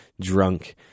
drunk